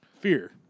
Fear